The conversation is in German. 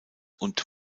und